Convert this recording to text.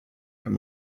from